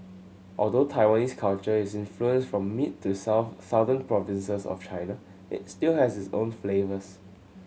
although Taiwanese culture is influenced from mid to south southern provinces of China it still has its own flavours